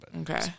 Okay